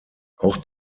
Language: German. auch